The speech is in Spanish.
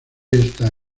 está